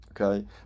Okay